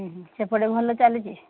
ହୁଁ ସେପଟେ ଭଲ ଚାଲିଛି